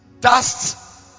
Dust